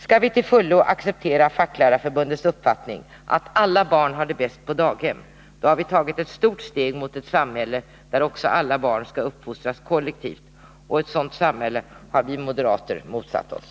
Skall vi till fullo acceptera Facklärarförbundets uppfattning att alla barn har det bäst på daghem, då har vi tagit ett stort steg mot ett samhälle där också alla barn skall uppfostras kollektivt — och ett sådant samhälle har vi moderater motsatt oss.